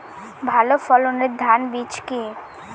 ভালো ফলনের ধান বীজ কি?